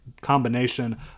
combination